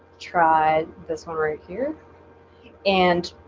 try this one right here and